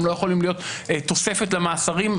הן לא יכולות להיות תוספת למאסרים.